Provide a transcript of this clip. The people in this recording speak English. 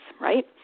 right